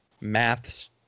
maths